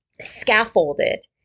scaffolded